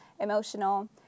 emotional